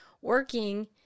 working